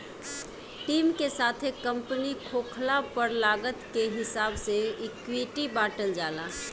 team के साथे company खोलला पर लागत के हिसाब से इक्विटी बॉटल जाला